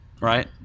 right